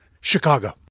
Chicago